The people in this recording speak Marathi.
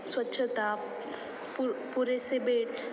स्वच्छता पु पुरेसे बेड